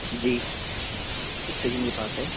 جی station کے پاس ہے